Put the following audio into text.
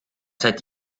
hätte